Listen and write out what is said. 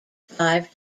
five